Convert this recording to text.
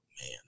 man